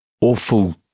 Awful